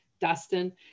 dustin